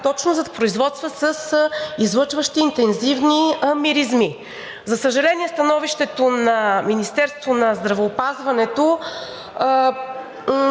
точно за производства с излъчващи интензивни миризми. За съжаление, становището на Министерството на здравеопазването не